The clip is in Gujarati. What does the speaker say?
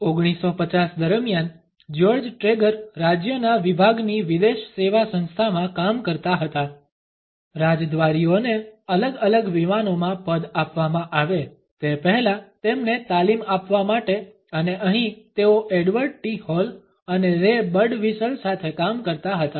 1950 દરમિયાન જ્યોર્જ ટ્રેગર રાજ્યના વિભાગની વિદેશ સેવા સંસ્થામાં કામ કરતા હતા રાજદ્વારીઓને અલગ અલગ વિમાનોમાં પદ આપવામાં આવે તે પહેલા તેમને તાલીમ આપવા માટે અને અહીં તેઓ એડવર્ડ ટી હોલ અને રે બર્ડવ્હિસલ સાથે કામ કરતા હતા